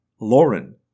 Lauren